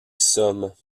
sommes